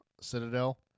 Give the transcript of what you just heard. Citadel